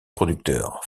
producteurs